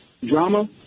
Drama